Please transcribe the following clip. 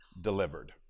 delivered